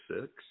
six